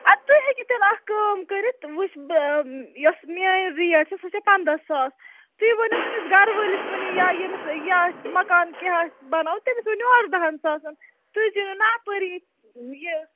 ادٕ تُہۍ ہیٚکِو تیٚلہِ اَکھ کٲم کٔرِتھ وُچھ یۄس میٲنۍ ریٹ چھے سُہ چھےٚ پَنٛداہ ساس تُہۍ ؤنِو ہُمِس گَرٕ وٲلِس ؤنِو یا ییٚمِس یہِ آسہِ مکان کیٚنٛہہ آسہِ بَناوُن تٔمِس ؤنِو اَردَہَن ساسَن تُہۍ زِیٖنِو نہَ اپٲری یہِ